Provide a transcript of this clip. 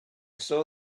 saw